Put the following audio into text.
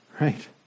right